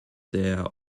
der